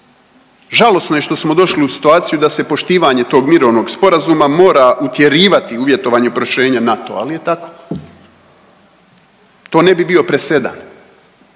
Žalosno je što smo došli u situaciju da se poštivanje tog mirovnog sporazuma mora utjerivati uvjetovanje proširenja NATO-a, ali je tako. To ne bi bio presedan.